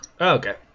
okay